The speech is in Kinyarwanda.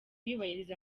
yubahiriza